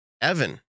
evan